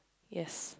yes